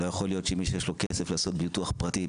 לא יכול להיות שלמי שמשלם כסף רב עבור ביטוח פרטי,